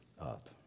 up